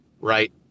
right